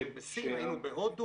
אנחנו היינו בסין, היינו בהודו.